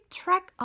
track